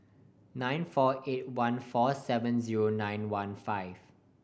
nine four eight one four seven zero nine one five